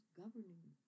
governing